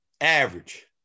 average